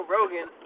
Rogan